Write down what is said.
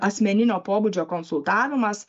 asmeninio pobūdžio konsultavimas